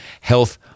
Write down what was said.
health